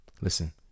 Listen